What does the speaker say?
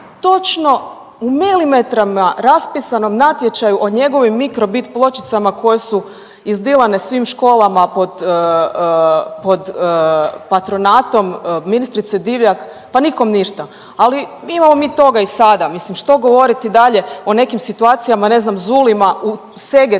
točno u milimetrima raspisanom natječaju o njegovim mikrobit pločicama koje su izdilane svim školama pod, pod patronatom ministrice Divjak, pa nikom ništa, ali imamo mi toga i sada. Mislim što govoriti dalje o nekim situacijama, ne znam, Zulima u Segetu